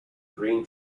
green